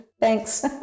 Thanks